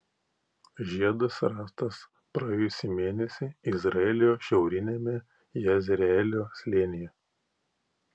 žiedas rastas praėjusį mėnesį izraelio šiauriniame jezreelio slėnyje